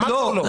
אמרת או לא?